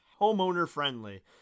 homeowner-friendly